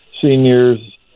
seniors